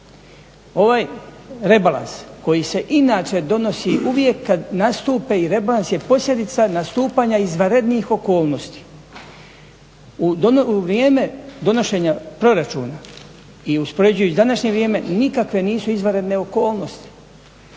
Ovaj rebalans koji se inače donosi uvijek kada nastupe i rebalans je posljedica nastupanja izvanrednih okolnosti. U vrijeme donošenje proračuna i uspoređujući današnje vrijem nikakve nisu izvanredne okolnosti.